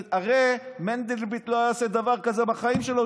הרי מנדלבליט לא יעשה דבר כזה בחיים שלו.